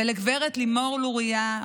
ולגב' לימור לוריא,